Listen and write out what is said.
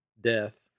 death